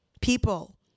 People